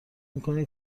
میکنی